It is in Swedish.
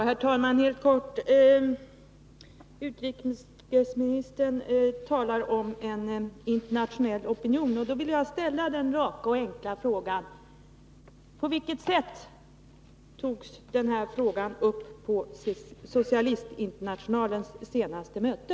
Herr talman! Helt kort! Utrikesministern talar om en internationell Tisdagen den opinion. Då vill jag ställa den raka och enkla frågan: 12 april 1983 På vilket sätt togs den här frågan upp på Socialistinternationalens senaste möte?